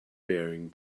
bearing